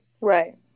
right